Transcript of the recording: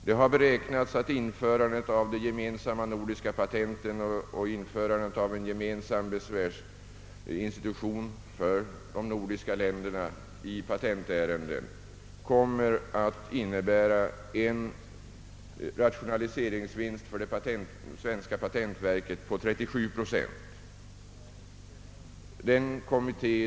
Det har beräknats att införandet av de gemensamma nordiska patenten och införandet av en gemensam besvärsinstitution för de nordiska - länderna i patentärenden kommer att innebära en rationaliseringsvinst för det svenska patentverket på 37 procent.